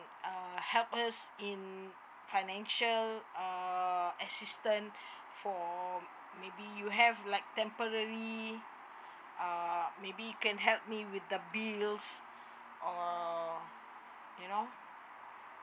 uh help us in financial uh assistance for maybe you have like temporary uh maybe you can help me with the bills or you know